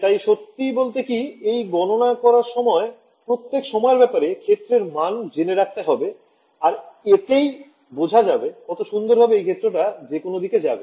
তাই সত্যি বলতে কি এই গণনা করার সময় প্রত্যেক সময়ের ব্যপারে ক্ষেত্রের মান জেনে রাখতে হবে আর এতেই বোঝা যাবে কত সুন্দর ভাবে এই ক্ষেত্রটা যেকোনো দিকে যাবে